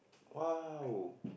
!wow!